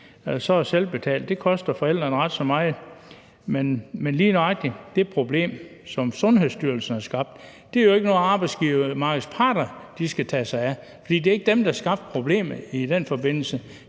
det koster forældrene ret så meget. Men lige nøjagtigt det problem, som Sundhedsstyrelsen har skabt, er jo ikke noget, arbejdsmarkedets parter skal tage sig af, fordi det er ikke dem, der har skabt problemet i den forbindelse.